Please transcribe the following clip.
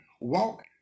walk